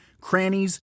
crannies